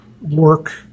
work